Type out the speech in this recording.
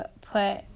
put